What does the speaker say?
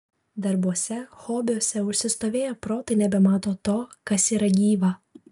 darbuose hobiuose užsistovėję protai nebemato to kas yra gyva